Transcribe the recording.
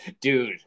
Dude